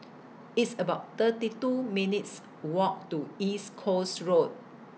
It's about thirty two minutes' Walk to East Coast Road